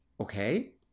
okay